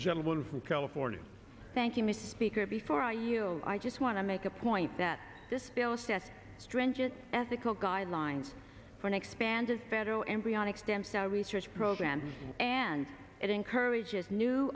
gentleman from california thank you mr speaker before i knew i just want to make a point that this stringent ethical guidelines for an expanded federal embryonic stem cell research program and it encourages new